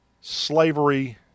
slavery